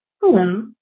Hello